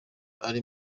uri